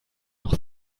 noch